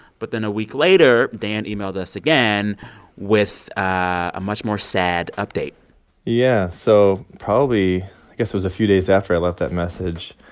but then a week later, dan emailed us again with ah a much more sad update yeah. so probably i guess it was a few days after i left that message,